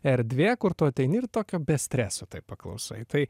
erdvė kur tu ateini ir tokio streso taip paklausai tai